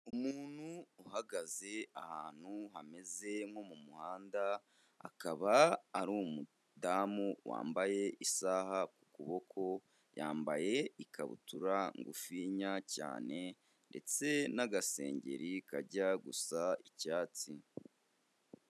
Umuntu uhagaze ahantu hameze nko mu muhanda, akaba ari umudamu wambaye isaha ku kuboko, yambaye ikabutura ngufiya cyane, ndetse n'agasengeri kajya gusa icyatsi.